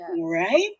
right